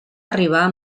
arribar